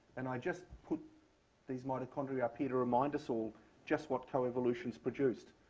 and i just put these mitochondria up here to remind us all just what coevolutions produced.